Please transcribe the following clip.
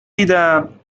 دیدم